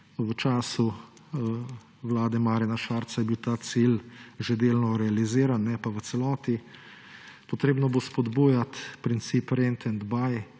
V času vlade Marjana Šarca je bil ta cilj že delno realiziran, ne pa v celoti. Potrebno bo spodbujati princip rent-to-buy,